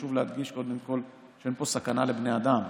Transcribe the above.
חשוב להדגיש, קודם כול, שאין פה סכנה לבני אדם.